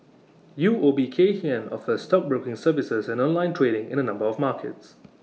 U O B Kay Hian offers stockbroking services and online trading in A number of markets